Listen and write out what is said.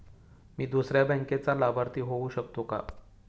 मी दुसऱ्या बँकेचा लाभार्थी होऊ शकतो का?